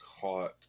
caught